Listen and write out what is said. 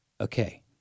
Okay